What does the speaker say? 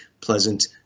pleasant